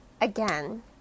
again